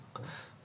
ברור.